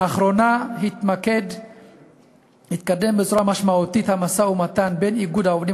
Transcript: לאחרונה התקדם בצורה משמעותית המשא-ומתן בין איגוד העובדים